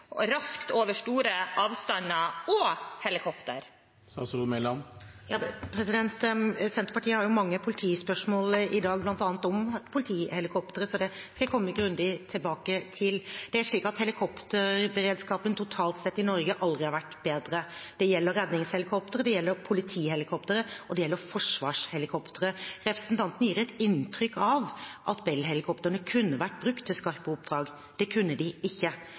raskt over store avstander – og helikopter? Senterpartiet har mange politispørsmål i dag, bl.a. om politihelikoptre, så det skal jeg komme grundig tilbake til. Det er slik at helikopterberedskapen totalt sett i Norge aldri har vært bedre. Det gjelder redningshelikoptre, det gjelder politihelikoptre, og det gjelder forsvarshelikoptre. Representanten gir et inntrykk av at Bell-helikoptrene kunne vært brukt til skarpe oppdrag. Det kunne de ikke.